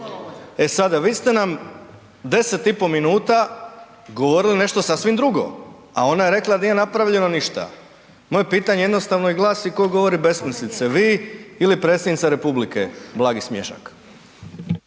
E sada vi ste nam 10,5 minuta govorili nešto sasvim drugo a ona je rekla nije napravljeno ništa. Moje pitanje je jednostavno i glasi tko govori besmislice vi ili predsjednica Republike, blagi smješak?